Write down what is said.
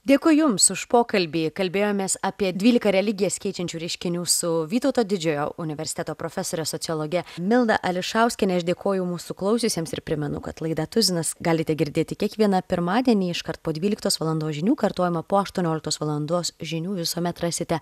dėkui jums už pokalbį kalbėjomės apie dvyliką religijos keičiančių reiškinių su vytauto didžiojo universiteto profesore sociologe milda ališauskiene aš dėkoju mūsų klausiusiems ir primenu kad laidą tuzinas galite girdėti kiekvieną pirmadienį iškart po dvyliktos valandos žinių kartojimo po aštuonioliktos valandos žinių visuomet rasite